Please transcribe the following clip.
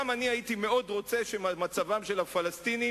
גם אני הייתי מאוד רוצה שמצבם של הפלסטינים